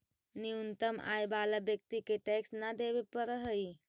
न्यूनतम आय वाला व्यक्ति के टैक्स न देवे पड़ऽ हई